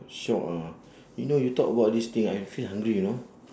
shiok ah you know you talk about this thing I feel hungry you know